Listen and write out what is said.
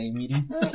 meetings